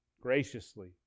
graciously